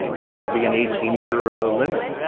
and should there be an eighteen year ah limit?